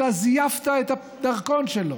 אתה זייפת את הדרכון שלו